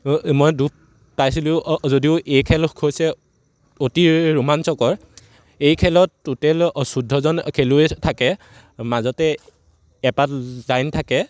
মই দুখ পাইছিলোঁ যদিও এই খেল হৈছে অতি ৰোমাঞ্চকৰ এই খেলত টোটেল অ চৈধ্যজন খেলুৱৈ থাকে মাজতে এপাত লাইন থাকে